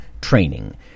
training